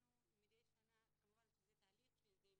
אנחנו מדי שנה, כמובן שזה תהליך מתמשך,